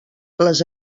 les